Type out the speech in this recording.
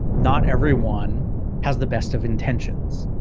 not everyone has the best of intentions.